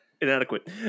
inadequate